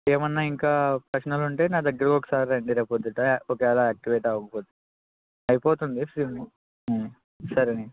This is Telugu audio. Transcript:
ఏమ్మన్న ఇంకా ప్రశ్నలు ఉంటే నా దగ్గర ఒకసారి రండి రేపు పొద్దున ఒకవేళ ఆక్టివేట్ అవ్వకపోతే అయిపోతుంది సిమ్ సరే అండి